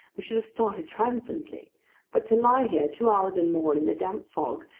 we should have started triumphantly but to lie here, two hours and more in the damp fog,